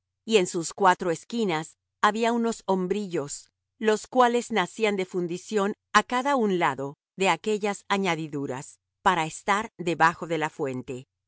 y en sus cuatro esquinas había unos hombrillos los cuales nacían de fundición á cada un lado de aquellas añadiduras para estar debajo de la fuente y